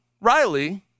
Riley